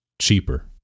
cheaper